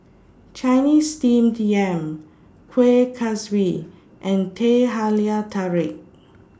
Chinese Steamed Yam Kueh Kaswi and Teh Halia Tarik